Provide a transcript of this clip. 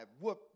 whoop